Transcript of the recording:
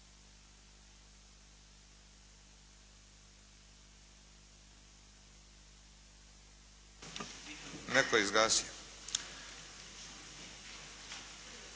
Netko je izgasio.